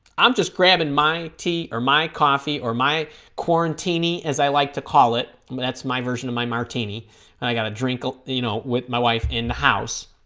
i'm just grabbing my tea or my coffee or my corn tini as i like to call it but that's my version of my martini and i got a drink'll you know with my wife in the house